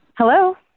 Hello